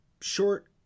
short